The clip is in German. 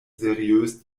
seriös